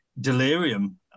delirium